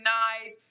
nice